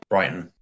Brighton